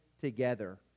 together